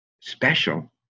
special